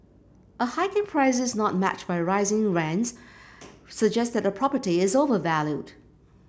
a hike in prices not matched by rising rents suggests that a property is overvalued